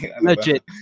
Legit